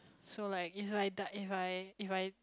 so like if I die if I if I